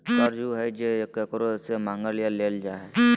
कर्ज उ हइ जे केकरो से मांगल या लेल जा हइ